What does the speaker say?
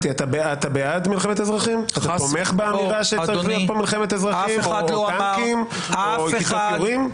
אתה תומך באמירה שצריכה להיות פה מלחמת אזרחים או טנקים או כיתות יורים?